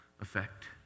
Effect